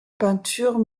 peinture